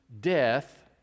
death